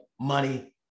money